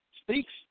speaks